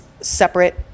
separate